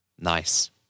Nice